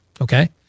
Okay